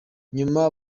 nyuma